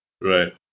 Right